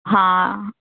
ਹਾਂ